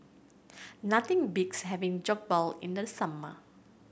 nothing beats having Jokbal in the summer